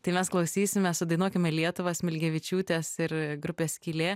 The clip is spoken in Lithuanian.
tai mes klausysime sudainuokime lietuvą smilgevičiūtės ir grupės skylė